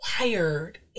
wired